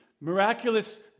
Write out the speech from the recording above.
miraculous